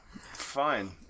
Fine